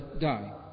die